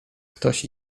ktoś